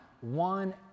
one